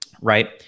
right